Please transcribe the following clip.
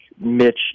Mitch